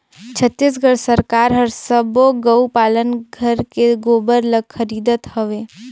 छत्तीसगढ़ सरकार हर सबो गउ पालन घर के गोबर ल खरीदत हवे